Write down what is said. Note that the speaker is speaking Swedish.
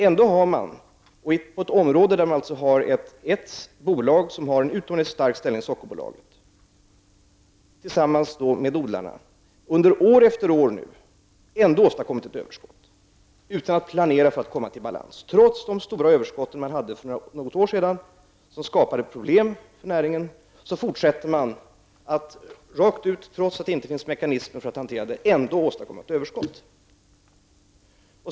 Ändå har producenterna på detta område -- där det finns ett bolag med utomordentligt stark ställning, nämligen Sockerbolaget -- tillsammans med odlarna under år efter år åstadkommit ett överskott, utan att man planerat för att komma i balans. Trots de stora underskott som fanns för några år sedan, vilka skapade problem, fortsätter man -- fastän det inte finns mekanismer att hantera detta -- att åstadkomma ett överskott.